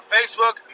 Facebook